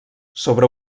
sobre